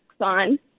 on